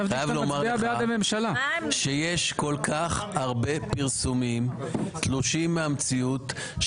אני חייב לומר לך שיש כל-כך הרבה פרסומים תלושים מהמציאות,